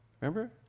Remember